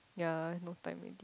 yea no time already